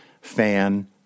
fan